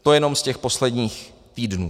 To jenom z těch posledních týdnů.